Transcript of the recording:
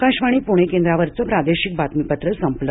आकाशवाणी प्णे केंद्रावरचं प्रादेशिक बातमीपत्र संपलं